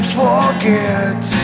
forget